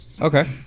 okay